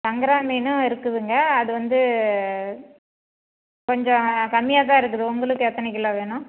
சங்கரா மீனும் இருக்குதுங்க அது வந்து கொஞ்சம் கம்மியாகதான் இருக்குது உங்களுக்கு எத்தனை கிலோ வேணும்